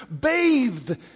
bathed